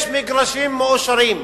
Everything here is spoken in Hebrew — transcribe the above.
יש מגרשים מאושרים,